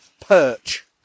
Perch